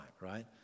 right